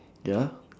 ya